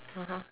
(uh huh)